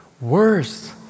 worse